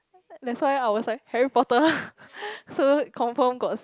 that's why I was like Harry-Potter so confirm got